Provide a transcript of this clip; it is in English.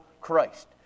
Christ